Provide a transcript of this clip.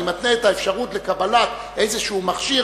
אני מתנה את האפשרות לקבלת איזה מכשיר